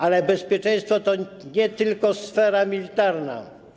Ale bezpieczeństwo to nie tylko sfera militarna.